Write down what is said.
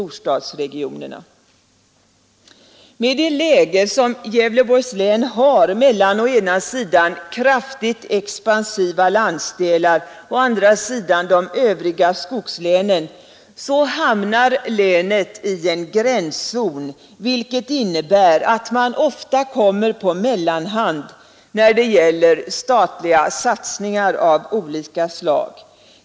Med det läge som Gävleborgs län har mellan å ena sidan kraftigt expansiva landsdelar och å andra sidan de övriga skogslänen hamnar länet i en gränszon, vilket innebär att man ofta kommer på mellanhand när det gäller statliga satsningar av olika slag.